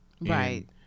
Right